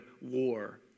war